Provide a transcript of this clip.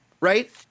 Right